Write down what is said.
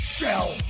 Shell